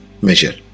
measure